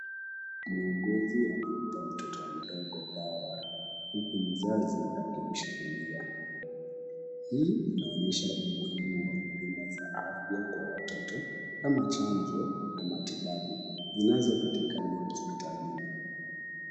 Muuguzi anampa mtoto mdogo dawa huku mzazi akimshikilia. Hii inaonyesha umuhimu wa huduma za afya kwa watoto ama chanjo na matibabu zinazopatikana hospitalini.